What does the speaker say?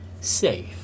safe